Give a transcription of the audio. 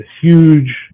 huge